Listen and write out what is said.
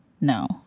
No